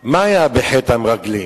מה היה בחטא המרגלים?